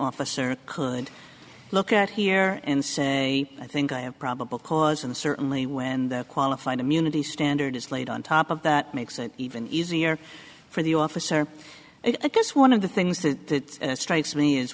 officer could look at here and say i think i have probable cause and certainly when the qualified immunity standard is laid on top of that makes it even easier for the officer i guess one of the things that strikes me is